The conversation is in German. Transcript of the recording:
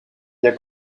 der